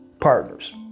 partners